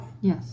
Yes